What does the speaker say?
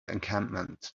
encampment